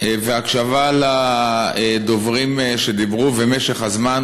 וההקשבה לדוברים שדיברו ומשך הזמן,